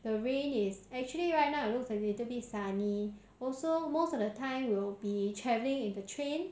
the rain is actually right now it looks like a little bit sunny also most of the time we will be travelling in the train